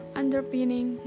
underpinning